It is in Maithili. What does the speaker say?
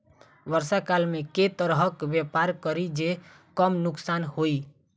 वर्षा काल मे केँ तरहक व्यापार करि जे कम नुकसान होइ?